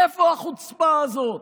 מאיפה החוצפה הזו?